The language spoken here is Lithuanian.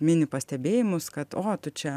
mini pastebėjimus kad o tu čia